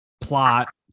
plot